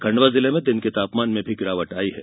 खंडवा जिले में दिन के तापमान में भी गिरावट आई है